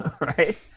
right